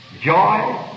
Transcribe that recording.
joy